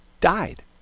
died